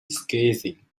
scathing